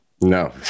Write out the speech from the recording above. No